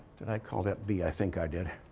did i call that b? i think i did. i